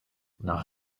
nach